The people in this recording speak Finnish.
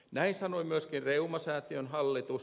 näin sanoi myöskin reumasäätiön hallitus